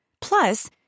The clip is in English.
Plus